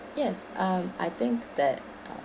yes um I think that um